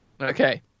Okay